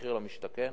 מחיר למשתכן.